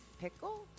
Pickle